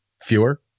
fewer